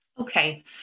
Okay